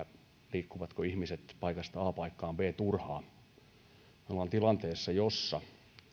liikkuvatko ihmiset paikasta a paikkaan b turhaan me olemme tilanteessa jossa